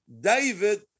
David